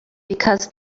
because